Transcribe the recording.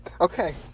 Okay